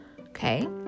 okay